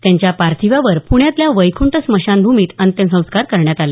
त्यांच्या पार्थिवावर प्ण्यातल्या वैकंठ स्मशानभूमीत अंत्यसंस्कार करण्यात आले